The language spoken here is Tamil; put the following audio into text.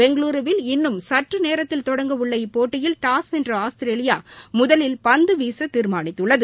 பெங்களுருவில் இன்னும் சற்றுநேரத்தில் தொடங்க உள்ள இப்போட்டியில் டாஸ் வென்ற ஆஸ்திரேலியா முதலில் பந்துவீச தீர்மானித்துள்ளது